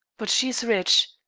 but she is rich,